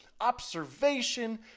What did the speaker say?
observation